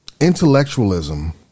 Intellectualism